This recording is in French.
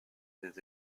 des